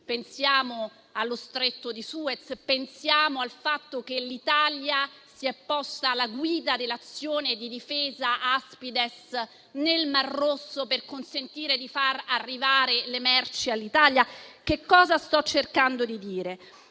Pensiamo allo Stretto di Suez, pensiamo al fatto che l'Italia si è posta alla guida dell'operazione di difesa Aspides nel Mar Rosso per consentire di far arrivare le merci all'Italia. Quello che sto cercando di dire